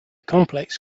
complex